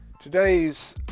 Today's